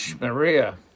Maria